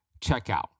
checkout